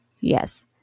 yes